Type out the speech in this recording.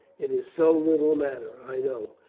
it is so little matter. i know.